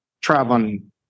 traveling